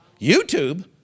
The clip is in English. YouTube